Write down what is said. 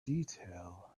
detail